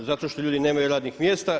Zato što ljudi nemaju radnih mjesta.